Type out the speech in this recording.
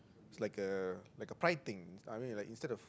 it's like a like a pride thing I mean like instead of